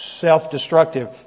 self-destructive